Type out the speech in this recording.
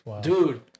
dude